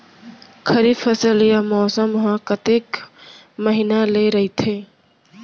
खरीफ फसल या मौसम हा कतेक महिना ले रहिथे?